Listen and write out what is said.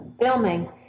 filming